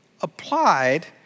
applied